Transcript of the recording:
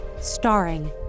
Starring